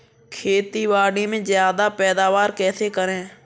खेतीबाड़ी में ज्यादा पैदावार कैसे होती है?